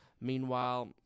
Meanwhile